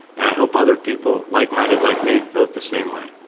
and i hope other people, like-minded like me vote the same way.